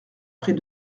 près